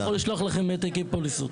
אני יכול לשלוח לכם העתקי פוליסות.